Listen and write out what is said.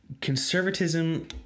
conservatism